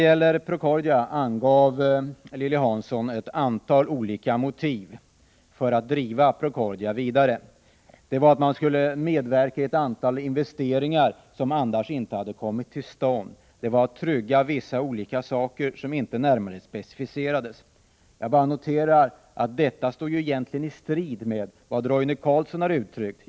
Lilly Hansson angav ett antal olika motiv för att driva Procordia vidare. Sålunda skulle företaget medverka i ett antal investeringar, som annars inte hade kommit till stånd. Det gällde att trygga vissa saker som inte närmare specificerades. Jag noterar att detta egentligen står i strid med vad Roine Carlsson har yttrat.